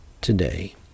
today